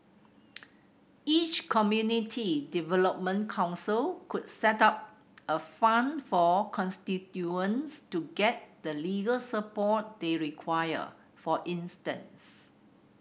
each community development council could set up a fund for constituents to get the legal support they require for instance